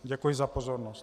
Děkuji za pozornost.